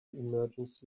emergency